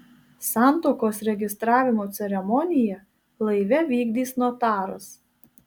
santuokos registravimo ceremoniją laive vykdys notaras